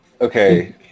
Okay